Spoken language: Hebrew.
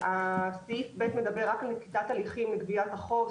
סעיף (ב) מדבר רק על נקיטת הליכים לגביית החוב,